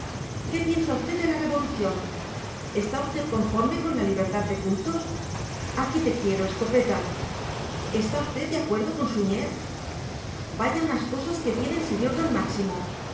qué piensa usted de la revolución está usted conforme con la libertad de cultos aquí te quiero escopeta está usted de acuerdo con suñer vaya unas cosas que tiene el señor don máximo